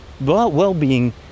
well-being